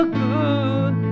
good